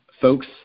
folks